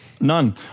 None